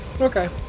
Okay